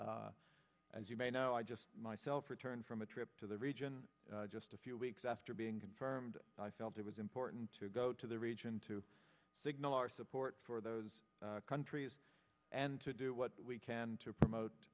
box as you may know i just myself returned from a trip to the region just a few weeks after being confirmed i felt it was important to go to the region to signal our support for those countries and to do what we can to